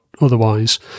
otherwise